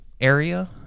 area